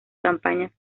campañas